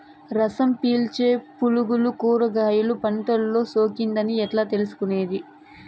రసం పీల్చే పులుగులు కూరగాయలు పంటలో సోకింది అని ఎట్లా తెలుసుకునేది?